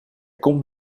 komt